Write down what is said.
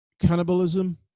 cannibalism